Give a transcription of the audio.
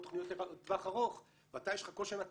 תכניות לטווח ארוך ואתה יש לך קושי עם התקציב,